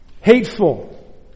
hateful